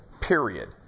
period